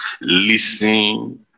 Listen